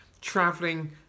traveling